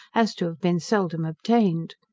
as to have been seldom obtained.